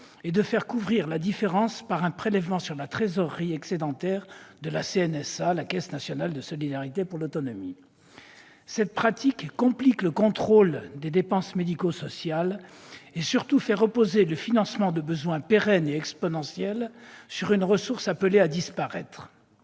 et de faire couvrir la différence par un prélèvement sur la trésorerie excédentaire de la CNSA, la Caisse nationale de solidarité pour l'autonomie. Cette pratique complique le contrôle des dépenses médico-sociales et, surtout, fait reposer le financement de besoins pérennes et exponentiels sur une ressource appelée à disparaître.